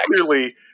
clearly